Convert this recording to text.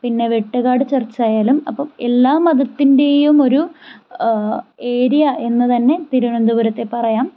പിന്നെ വെട്ടുകാട് ചർച്ച് ആയാലും അപ്പം എല്ലാ മതത്തിൻ്റെയും ഒരു ഏരിയ എന്ന് തന്നെ തിരുവനന്തപുരത്തെ പറയാം